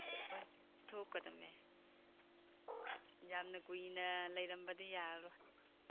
ꯍꯣꯏ ꯊꯣꯛꯀꯗꯕꯅꯦ ꯌꯥꯝꯅ ꯀꯨꯏꯅ ꯂꯩꯔꯝꯕꯗꯤ ꯌꯥꯔꯔꯣꯏ